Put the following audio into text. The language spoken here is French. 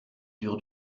dur